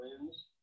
wins